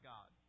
God